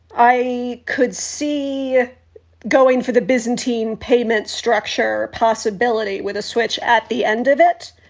i could see going for the byzantine payment structure a possibility with a switch at the end of it.